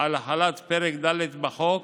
על החלת פרק ד' בחוק,